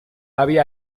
había